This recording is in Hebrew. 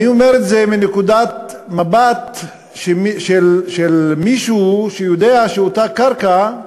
אני אומר את זה מנקודת מבט של מישהו שיודע שאותה קרקע,